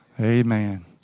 Amen